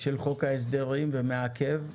של חוק ההסדרים ומעכב,